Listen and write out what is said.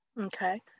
okay